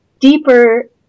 deeper